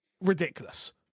ridiculous